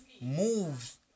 moves